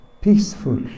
peaceful